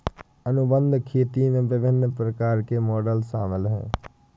अनुबंध खेती में विभिन्न प्रकार के मॉडल शामिल हैं